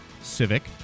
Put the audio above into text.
Civic